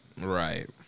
Right